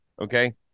okay